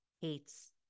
hates